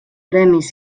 premis